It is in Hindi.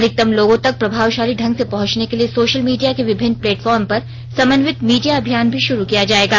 अधिकतम लोगों तक प्रभावशाली ढंग से पहुंचने के लिए सोशल मीडिया के विभिन्न प्लेटफॉर्म पर समन्वित मीडिया अभियान भी शुरू किया जाएगा